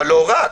אבל לא רק.